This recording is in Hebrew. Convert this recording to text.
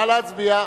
נא להצביע.